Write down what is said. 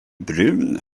brun